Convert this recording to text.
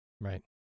Right